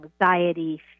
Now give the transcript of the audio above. anxiety